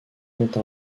compte